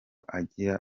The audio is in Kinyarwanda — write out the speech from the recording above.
agira